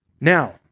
Now